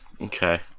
Okay